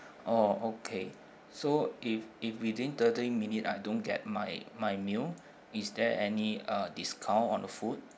oh okay so if if within thirty minute I don't get my my meal is there any uh discount on the food